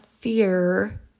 fear